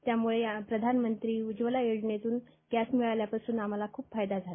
त्यामूळे या प्रधानमंत्री उज्वला योजनेतून गॅस मिळाल्यापासून आम्हाला खूप फायदा झाला